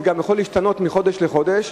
וזה גם יכול להשתנות מחודש לחודש.